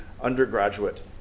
undergraduate